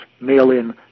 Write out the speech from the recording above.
mail-in